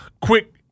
quick